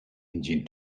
engine